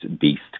beast